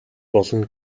болно